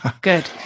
Good